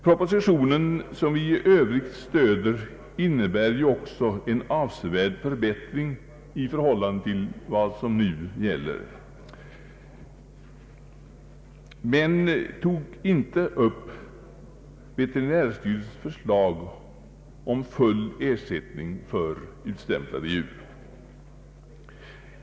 Propositionen, som vi i övrigt stöder, innebär ju också en avsevärd förbättring i förhållande till vad som nu gäller, men den tar inte upp veterinärstyrelsens förslag om full ersättning för utstämplade djur.